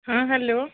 ହଁ ହେଲୋ